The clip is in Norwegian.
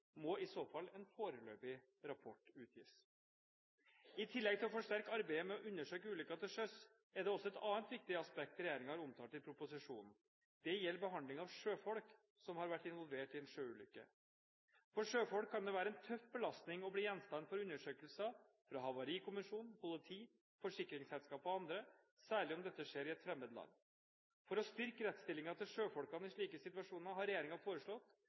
må i så fall en foreløpig rapport utgis. I tillegg til å forsterke arbeidet med å undersøke ulykker til sjøs er det også et annet viktig aspekt regjeringen har omtalt i proposisjonen. Det gjelder behandling av sjøfolk som har vært involvert i en sjøulykke. For sjøfolk kan det være en tøff belastning å bli gjenstand for undersøkelser fra havarikommisjon, politi, forsikringsselskaper og andre, særlig om dette skjer i et fremmed land. For å styrke rettsstillingen til sjøfolkene i slike situasjoner har regjeringen foreslått